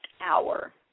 hour